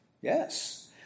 Yes